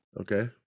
Okay